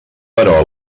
però